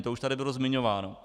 To už tady bylo zmiňováno.